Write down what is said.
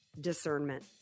discernment